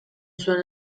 zuen